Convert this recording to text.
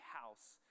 house